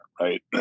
right